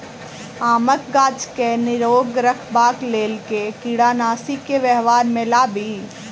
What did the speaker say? आमक गाछ केँ निरोग रखबाक लेल केँ कीड़ानासी केँ व्यवहार मे लाबी?